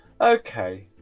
Okay